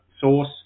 source